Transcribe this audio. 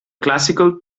classical